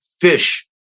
fish